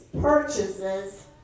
purchases